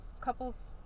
couples